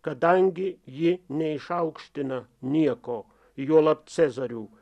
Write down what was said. kadangi ji neišaukština nieko juolab cezarių